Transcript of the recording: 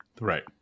Right